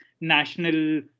national